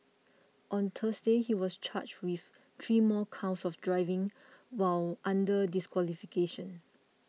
on Thursday he was charged with three more counts of driving while under disqualification